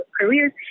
careers